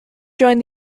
joined